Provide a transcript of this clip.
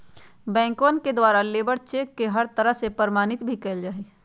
बैंकवन के द्वारा लेबर चेक के हर तरह से प्रमाणित भी कइल जा हई